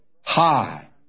high